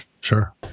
Sure